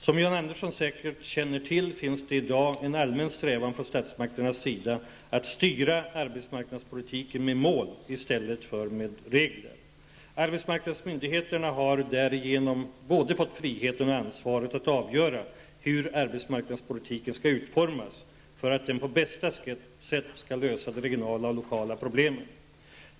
Som John Andersson säkert känner till finns det i dag en allmän strävan från statsmakternas sida att styra arbetsmarknadspolitiken med mål i stället för med regler. Arbetsmarknadsmyndigheterna har därigenom både fått friheten och ansvaret att avgöra hur arbetsmarknadspolitiken skall utformas för att den på bästa sätt skall lösa de regionala och lokala problemen.